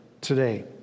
today